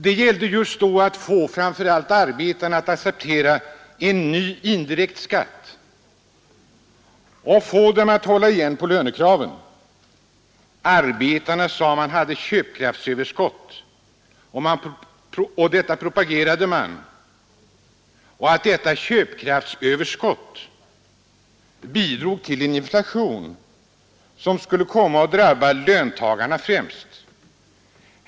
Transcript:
Det gällde just då att få framför allt arbetarna att acceptera en ny indirekt skatt samt att hålla igen på lönekraven. Arbetarna hade ”köpkraftsöverskott” propagerade man, och detta ”köpkraftsöverskott” bidrog till en inflation, som skulle komma att drabba löntagarna främst.